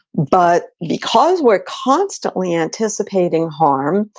but because we're constantly anticipating harm,